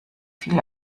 viel